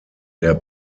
der